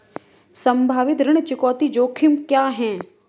संभावित ऋण चुकौती जोखिम क्या हैं?